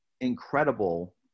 incredible